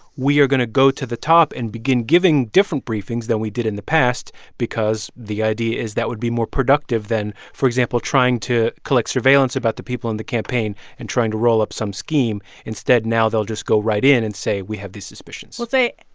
we are going to go to the top and begin giving different briefings than we did in the past because the idea is that would be more productive than, for example, trying to collect surveillance about the people in the campaign and trying to roll up some scheme. instead, now they'll just go right in and say, we have these suspicions they'll say,